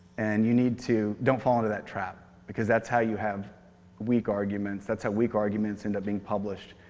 and you need to don't fall into that trap. because that's how you have weak arguments, that's how weak arguments end up being published.